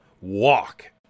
walk